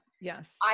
yes